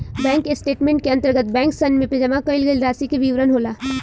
bank statement के अंतर्गत बैंकसन में जमा कईल गईल रासि के विवरण होला